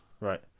Right